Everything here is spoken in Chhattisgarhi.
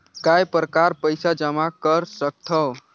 काय प्रकार पईसा जमा कर सकथव?